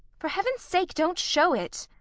for heaven's sake don't show it!